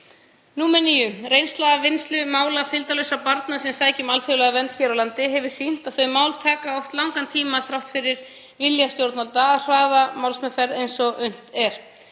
9. Reynsla af vinnslu mála fylgdarlausra barna sem sækja um alþjóðlega vernd hér á landi hefur sýnt að þau mál taka oft langan tíma þrátt fyrir vilja stjórnvalda til að hraða málsmeðferð eins og unnt er.